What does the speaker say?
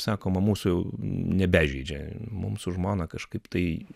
sakoma mūsų nebežeidžia mum su žmona kažkaip tai